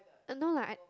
uh no lah I